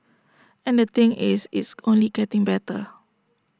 and the thing is it's only getting better